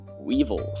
weevils